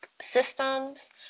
systems